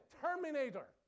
terminator